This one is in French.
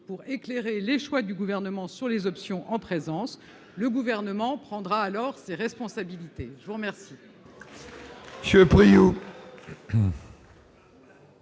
pour éclairer les choix du gouvernement sur les options en présence, le gouvernement prendra alors ses responsabilités, je vous remercie.